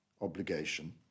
obligation